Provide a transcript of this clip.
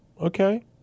Okay